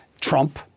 Trump